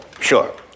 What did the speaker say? sure